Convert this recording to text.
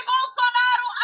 Bolsonaro